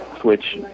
switch